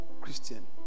Christian